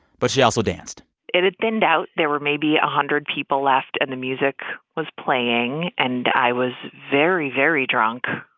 but she also danced it had thinned out. there were maybe a hundred people left, and the music was playing. and i was very, very drunk.